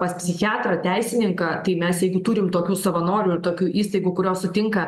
pas psichiatrą teisininką tai mes jeigu turim tokių savanorių ir tokių įstaigų kurios sutinka